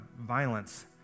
violence